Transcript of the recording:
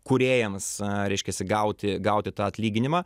kūrėjams reiškiasi gauti gauti tą atlyginimą